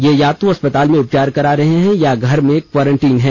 ये या तो अस्पताल में उपचार करा रहे हैं या घर में क्वारेंटीन हैं